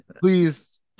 Please